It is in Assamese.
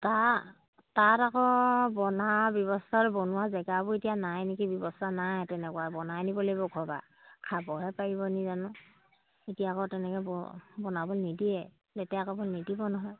তাত তাত আকৌ বনোৱা ব্যৱস্থাটো বনোৱা জেগাবোৰ এতিয়া নাই নেকি ব্যৱস্থা নাই তেনেকুৱা বনাই নিব লাগিব ঘৰ পৰা খাবহে পাৰিবনি জানো এতিয়া আকৌ তেনেকৈ ব বনাব নিদিয়ে লেতেৰা কৰিবলৈ নিদিব নহয়